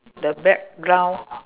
the back brown